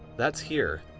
that's here.